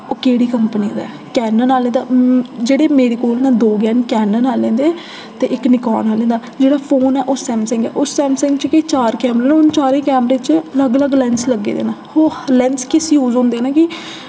ओह् केह्ड़ी कंपनी दा ऐ कैनन आह्लें दा जेह्ड़े मेरे कोल ना दो गै न कैनन आह्लें दे ते इक निकोन आह्लें दा जेह्ड़ा फोन ऐ ओह् सैमसंग ऐ उस सैमसंग च के चार कैमरे न उ'न्न चारें कैमरे च लग्ग लग्ग लैंस लग्गे दे न ओह् लैंस किस यूज होंदे न कि